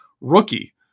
rookie